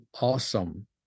awesome